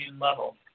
level